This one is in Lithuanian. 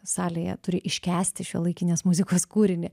salėje turi iškęsti šiuolaikinės muzikos kūrinį